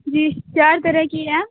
جی چار طرح کی ہے